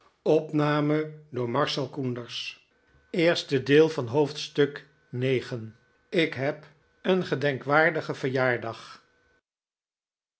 ik heb een gedenkwaardigen